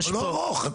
זה לא ארוך.